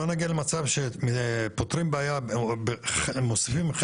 אנחנו מקווים מאוד מאוד שבקרוב הנושא הזה באמת